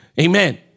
Amen